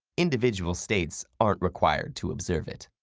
individual states aren't required to observe it.